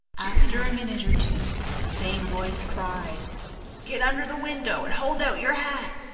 after a minute or two, the same voice cried get under the window and hold out your hat!